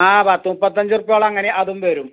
ആ പത്ത് നുപ്പത്തഞ്ച് റുപ്പ്യോളം അങ്ങനെ അതും വരും